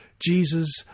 Jesus